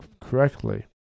correctly